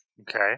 Okay